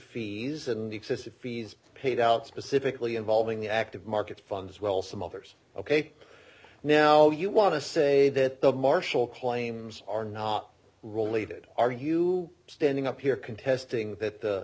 fees and excessive fees paid out specifically involving the active market funds well some others ok now you want to say that the marshall claims are not related are you standing up here contesting that